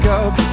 up